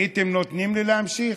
הייתם נותנים לי להמשיך?